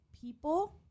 people